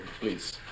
please